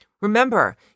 Remember